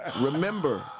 Remember